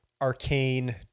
arcane